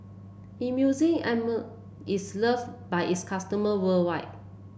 Emulsying Ointment is loved by its customer worldwide